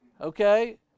Okay